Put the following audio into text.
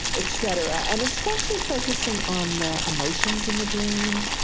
et cetera? and especially focusing on the emotions in the dream,